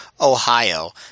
Ohio